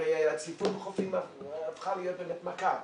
הרי הצפיפות בחופים הפכה להיות באמת מכה.